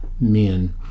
men